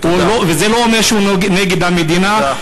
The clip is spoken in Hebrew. וזה לא אומר שהוא נגד המדינה.